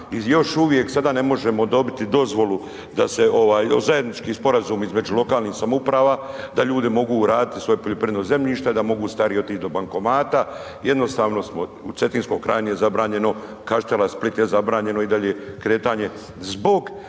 još uvijek sada ne možemo dobiti dozvolu da se ovaj zajednički sporazum između lokalnih samouprava da ljudi mogu raditi svoje poljoprivredno zemljište, da mogu stariji otići do bankomata jednostavno smo u Cetinskoj krajini je zabranjeno Kaštela, Split je zabranjeno i dalje kretanje